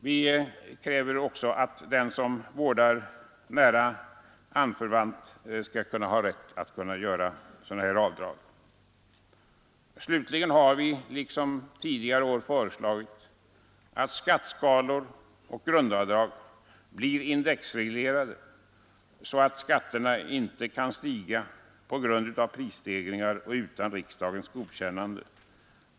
Vi kräver också att den som vårdar nära anförvant skall ha rätt att göra sådana avdrag. Slutligen har vi liksom tidigare år föreslagit att skatteskalor och grundavdrag skall bli indexreglerade, så att skatterna inte kan stiga på grund av prisstegringar och utan riksdagens godkännande.